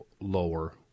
lower